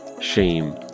shame